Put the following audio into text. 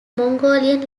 mongolian